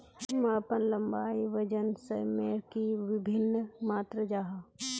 मापन लंबाई वजन सयमेर की वि भिन्न मात्र जाहा?